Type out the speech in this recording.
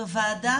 בוועדה